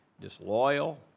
disloyal